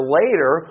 later